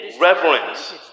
reverence